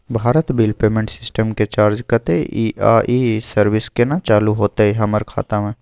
Bharat bill payment system के charge कत्ते इ आ इ सर्विस केना चालू होतै हमर खाता म?